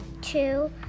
two